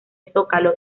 zócalo